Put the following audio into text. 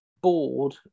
bored